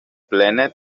plena